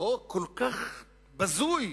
חוק כל כך בזוי,